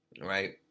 Right